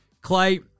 Clay